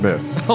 Miss